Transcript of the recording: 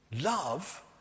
Love